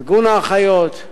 ארגון האחיות,